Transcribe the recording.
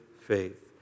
faith